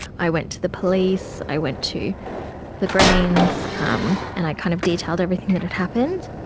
i went to the police, i went to the greens um and i kind of detailed everything that had happened.